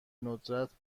ندرت